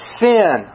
sin